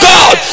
God